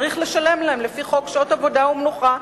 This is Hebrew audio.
צריך לשלם להם לפי חוק שעות עבודה ומנוחה,